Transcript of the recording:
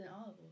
olive